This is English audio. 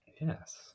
Yes